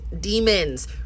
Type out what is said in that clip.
demons